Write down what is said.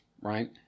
right